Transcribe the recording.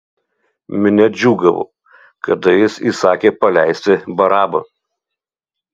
minia džiūgavo kada jis įsakė paleisti barabą